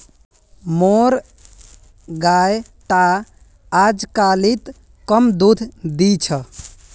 मोर गाय टा अजकालित कम दूध दी छ